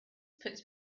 puts